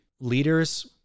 Leaders